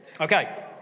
Okay